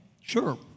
Sure